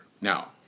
Now